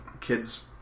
kid's